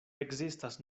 ekzistas